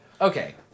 Okay